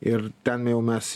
ir ten jau mes